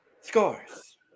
Scores